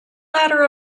ladder